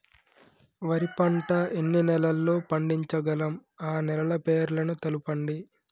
వరి పంట ఎన్ని నెలల్లో పండించగలం ఆ నెలల పేర్లను తెలుపండి?